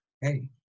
hey